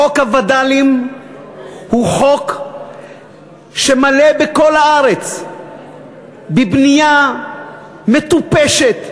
חוק הווד"לים הוא חוק שמילא בכל הארץ בנייה מטופשת,